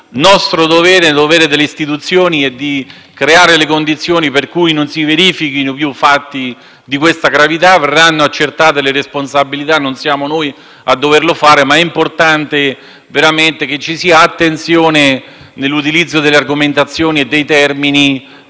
È nostro dovere e dovere delle istituzioni creare le condizioni per cui non si verifichino più fatti di questa gravità. Verranno accertate le responsabilità, non siamo noi a doverlo fare, ma è importante che ci sia attenzione nell'utilizzo delle argomentazioni e dei termini,